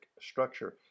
structure